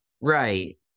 right